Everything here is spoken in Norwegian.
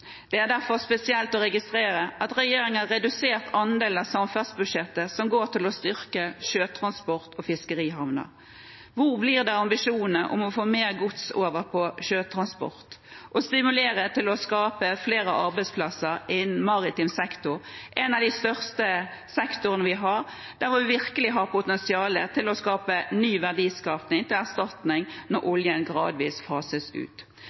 Det er derfor spesielt å registrere at regjeringen har redusert andelen av samferdselsbudsjettet som går til å styrke sjøtransport og fiskerihavner. Hvor blir det av ambisjonene om å få mer gods over på sjøtransport, å stimulere til å skape flere arbeidsplasser innen maritim sektor, en av de største sektorene vi har, der hvor vi virkelig har potensial til å skape ny verdiskaping til erstatning når oljen gradvis fases ut?